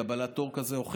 לקבלת תור כזה או אחר,